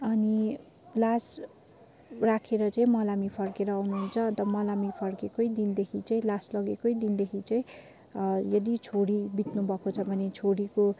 अनि लास राखेर चाहिँ मलामी फर्केर आउनुहुन्छ अन्त मलामी फर्केकै दिनदेखि चाहिँ लास लगेकै दिनदेखि चाहिँ यदि छोरी बित्नुभएको छ भने छोरीको